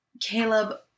caleb